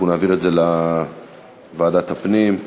אנחנו נעביר את זה לוועדת הפנים.